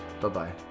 Bye-bye